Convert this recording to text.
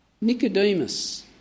Nicodemus